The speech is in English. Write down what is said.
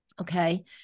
Okay